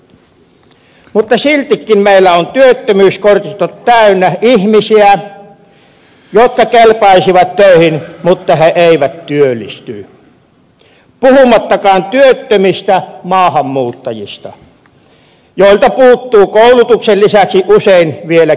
mutta siltikin meillä on työttömyyskortistot täynnä ihmisiä jotka kelpaisivat töihin mutta eivät työllisty puhumattakaan työttömistä maahanmuuttajista joilta puuttuu koulutuksen lisäksi usein vielä kielitaito